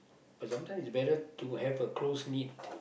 but sometimes it's better to have a close need